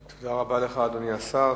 תודה רבה לך, אדוני השר.